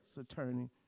attorney